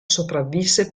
sopravvisse